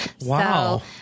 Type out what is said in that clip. wow